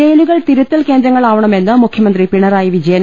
ജയിലുകൾ തിരുത്തൽ കേന്ദ്രങ്ങളാവണമെന്ന് മുഖ്യമന്ത്രി പിണറായി വിജയൻ